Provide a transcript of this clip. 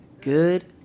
good